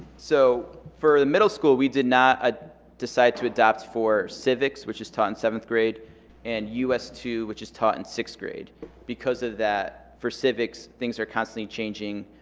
so for the middle school we did not ah decide to adopt for civics which is taught in seventh grade and us two which is taught in sixth grade because that for civics things are constantly changing.